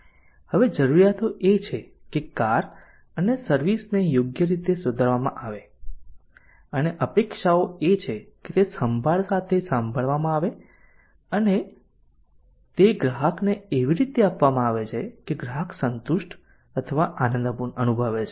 હવે જરૂરિયાતો છે કે કાર અને સર્વિસ ને યોગ્ય રીતે સુધારવામાં આવે અને અપેક્ષાઓ એ છે કે તે સંભાળ સાથે સંભાળવામાં આવે અને તે ગ્રાહકને એવી રીતે આપવામાં આવે છે કે ગ્રાહક સંતુષ્ટ અથવા આનંદ અનુભવે છે